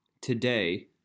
today